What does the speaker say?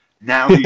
Now